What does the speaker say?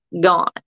gone